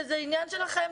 זה עניין שלכם.